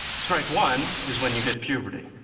strike one is when you hit puberty.